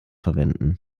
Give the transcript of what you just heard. verwenden